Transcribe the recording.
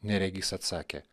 neregys atsakė